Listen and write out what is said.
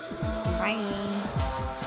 Bye